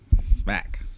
smack